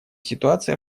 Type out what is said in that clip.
ситуация